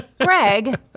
Greg